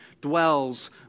dwells